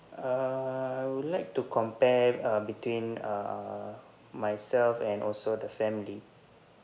uh I would like to compare uh between uh myself and also the family